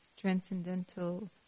transcendental